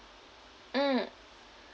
mm